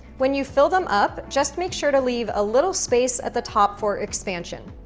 when you fill them up, just make sure to leave a little space at the top for expansion.